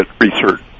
research